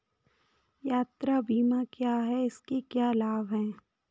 यात्रा बीमा क्या है इसके क्या लाभ हैं?